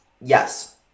Yes